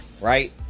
right